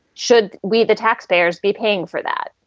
should we, the taxpayers be paying for that?